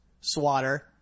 swatter